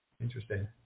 Interesting